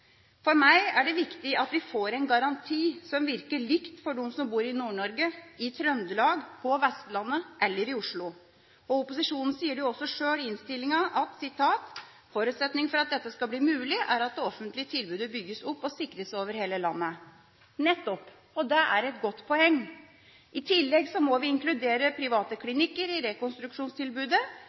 For meg er det viktig at vi får en garanti som virker likt for dem som bor i Nord-Norge, i Trøndelag, på Vestlandet eller i Oslo. Opposisjonen sier jo også sjøl i innstillinga: «Forutsetningen for at dette skal bli mulig, er at det offentlige tilbudet bygges opp og sikres over hele landet.» Nettopp! Det er et godt poeng. I tillegg må vi inkludere private klinikker i rekonstruksjonstilbudet,